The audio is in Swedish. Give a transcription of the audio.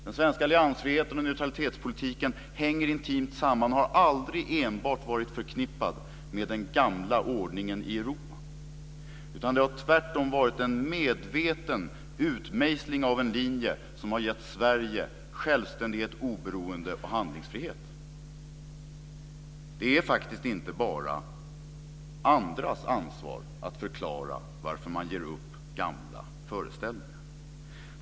Den svenska alliansfriheten och neutralitetspolitiken hänger intimt samman med men har aldrig enbart varit förknippade med den gamla ordningen i Europa, utan det har tvärtom varit en medveten utmejsling av en linje som har gett Sverige självständighet, oberoende och handlingsfrihet. Det är faktiskt inte bara andras ansvar att förklara varför man ger upp gamla föreställningar.